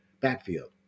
backfield